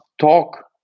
talk